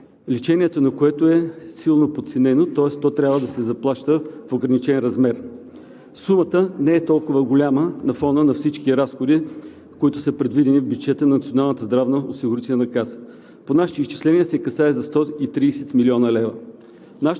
малки български граждани, тези до 14 години, лечението на които е силно подценено, тоест то трябва да се заплаща в ограничен размер. Сумата не е толкова голяма на фона на всички разходи, които са предвидени в бюджета на Националната здравноосигурителна каса.